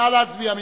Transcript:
נא להצביע.